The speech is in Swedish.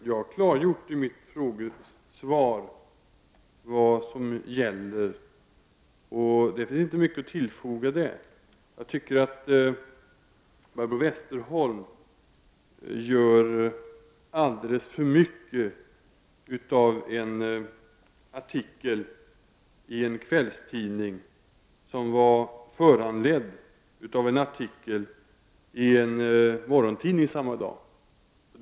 Herr talman! Jag har i mitt frågesvar klargjort vad som gäller. Det finns inte mycket att tillägga. Jag tycker att Barbro Westerholm gör alldeles för mycket av en artikel i en kvällstidning, en artikel som var föranledd av en artikelien morgontidning samma dag.